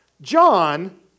John